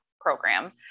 program